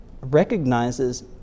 recognizes